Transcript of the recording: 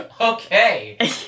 okay